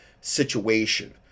situation